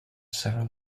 several